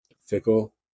fickle